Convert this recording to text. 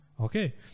Okay